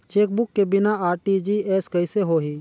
Chequebook के बिना RTGS कइसे होही?